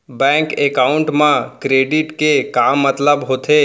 Bank account मा credit के का मतलब होथे?